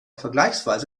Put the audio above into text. vergleichsweise